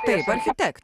taip architektų